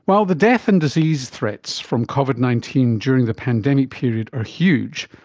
while the death and disease threats from covid nineteen during the pandemic period are huge,